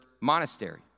monastery